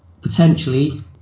potentially